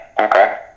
Okay